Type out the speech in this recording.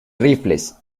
rifles